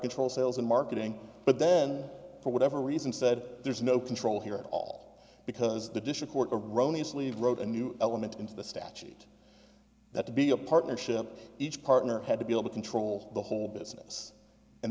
controls sales and marketing but then for whatever reason said there's no control here at all because the dish a quarter rony sleeve wrote a new element into the statute that to be a partnership each partner had to be able to control the whole business and